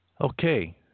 Okay